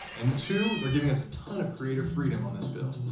and two, they're giving us a ton of creative freedom on this build.